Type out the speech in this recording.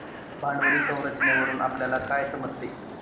भांडवली संरचनेवरून आपल्याला काय समजते?